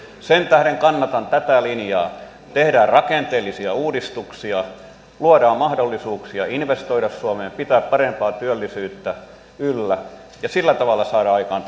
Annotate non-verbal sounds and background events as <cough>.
sen tähden kannatan tätä linjaa tehdään rakenteellisia uudistuksia luodaan mahdollisuuksia investoida suomeen pitää parempaa työllisyyttä yllä ja sillä tavalla saadaan aikaan <unintelligible>